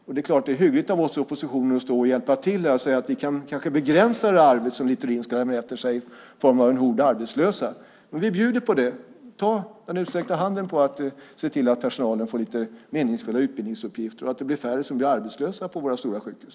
Det är klart att det är hyggligt av oss i oppositionen att stå här och hjälpa till och säga att vi kanske kan begränsa det arv som Littorin ska lämna efter sig i form av en hord arbetslösa. Men om vi bjuder på det, ta då den utsträckta handen och se till att personalen får lite meningsfulla utbildningsuppgifter och att det blir färre som blir arbetslösa på våra stora sjukhus.